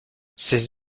ses